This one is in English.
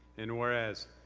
and whereas,